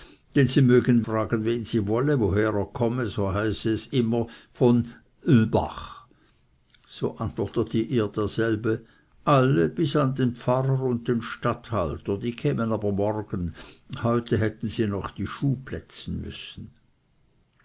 sie möge fragen wen sie wolle woher er komme so heiße es immer von bach so antwortete ihr derselbe alle bis an den pfarrer und den statthalter die kämen aber morgen heute hätten sie noch die schuhe plätzen müssen